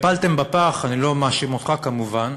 והפלתם בפח, אני לא מאשים אותך, כמובן,